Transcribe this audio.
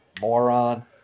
moron